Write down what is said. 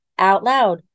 OUTLOUD